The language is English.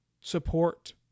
support